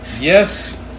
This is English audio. Yes